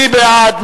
מי בעד?